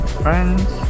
friends